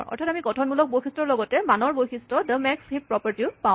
অৰ্থাৎ আমি গঠনমূলক বৈশিষ্টৰ লগতে মানৰ বৈশিষ্ট ড মেক্স হিপ প্ৰপাৰটী ও পাওঁ